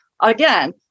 again